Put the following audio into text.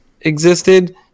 existed